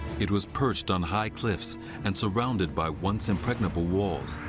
it was perched on high cliffs and surrounded by once impregnable walls.